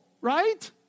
right